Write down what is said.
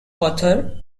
author